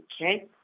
okay